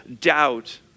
doubt